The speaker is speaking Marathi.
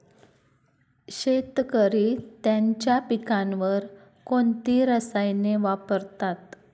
शेतकरी त्यांच्या पिकांवर कोणती रसायने वापरतात?